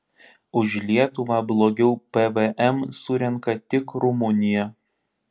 už lietuvą blogiau pvm surenka tik rumunija